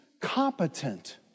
competent